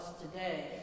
today